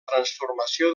transformació